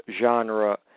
genre